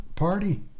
party